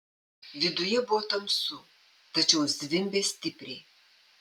viduje buvo tamsu tačiau zvimbė stipriai